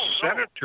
senator